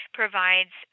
provides